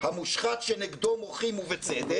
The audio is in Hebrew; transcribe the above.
המושחת שנגדו מוחים ובצדק?